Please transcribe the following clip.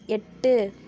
எட்டு